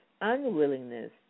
unwillingness